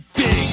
big